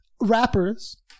rappers